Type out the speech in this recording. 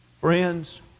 Friends